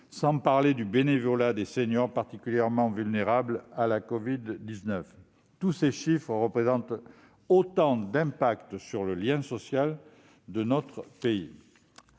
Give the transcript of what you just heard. sans parler du bénévolat des seniors, particulièrement vulnérables à la covid-19. Tous ces chiffres représentent autant d'impacts sur le lien social de notre pays.